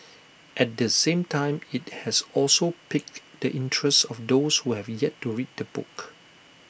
at the same time IT has also piqued the interest of those who have yet to read the book